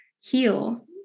heal